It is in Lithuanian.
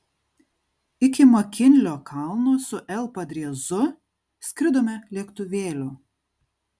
iki makinlio kalno su l padriezu skridome lėktuvėliu